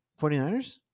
49ers